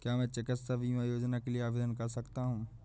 क्या मैं चिकित्सा बीमा योजना के लिए आवेदन कर सकता हूँ?